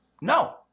No